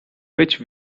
which